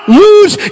lose